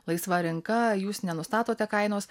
laisva rinka jūs nenustatote kainos